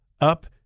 up